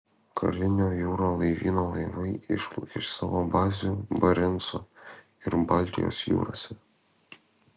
karinio jūrų laivyno laivai išplaukė iš savo bazių barenco ir baltijos jūrose